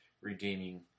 redeeming